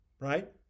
right